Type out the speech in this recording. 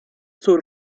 sus